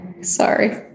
Sorry